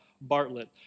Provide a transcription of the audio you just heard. Bartlett